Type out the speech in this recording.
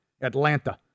Atlanta